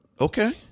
Okay